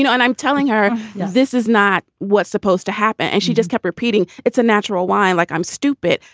know, and i'm telling her this is not what's supposed to happen. and she just kept repeating, it's a natural wine. like, i'm stupid.